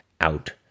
out